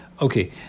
okay